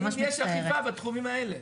האם יש אכיפה בתחומים האלה?